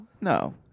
no